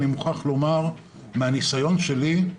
אני מוכרח לומר מן הניסיון שלי,